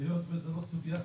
והיות שזו לא סוגיה תיאורטית,